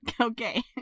okay